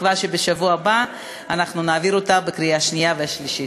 בתקווה שבשבוע הבא אנחנו נעביר אותה בקריאה שנייה ושלישית.